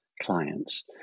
clients